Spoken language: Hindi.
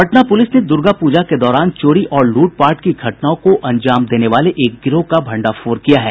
पटना पुलिस ने दुर्गा पूजा के दौरान चोरी और लूटपाट की घटनाओं को अंजाम देने वाले एक गिरोह का भंडाफोड़ किया है